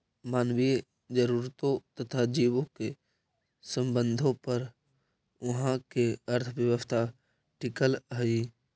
मानवीय जरूरतों तथा जीवों के संबंधों पर उहाँ के अर्थव्यवस्था टिकल हई